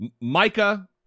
Micah